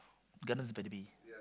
Gardens-by-the-Bay